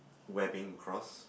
webbing across